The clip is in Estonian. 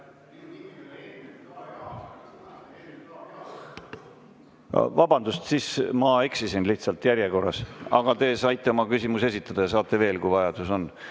Vabandust, siis ma eksisin lihtsalt järjekorras, aga te saite oma küsimuse esitada ja saate veel, kui vajadus on.